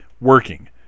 working